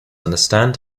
understand